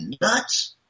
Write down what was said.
nuts